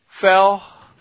fell